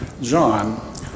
John